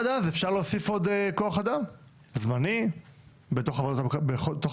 עד אז ניתן להוסיף עוד כוח אדם זמני בתוך הוועדה הקיימת.